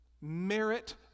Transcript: merit